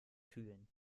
kühlen